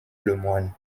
lemoine